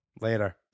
Later